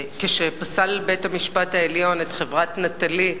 כשפסל בית-המשפט העליון את חברת "נטלי"